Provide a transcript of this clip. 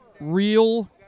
real-